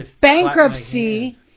bankruptcy